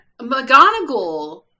McGonagall